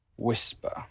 Whisper